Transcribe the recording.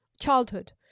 childhood